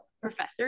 professor